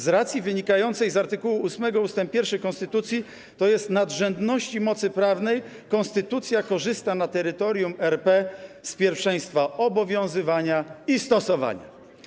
Z racji wynikającej z art. 8 ust. 1 konstytucji, tj. nadrzędności mocy prawnej, konstytucja korzysta na terytorium RP z pierwszeństwa obowiązywania i stosowania.